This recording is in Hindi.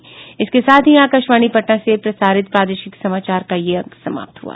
इसके साथ ही आकाशवाणी पटना से प्रसारित प्रादेशिक समाचार का ये अंक समाप्त हुआ